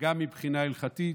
גם מבחינה הלכתית,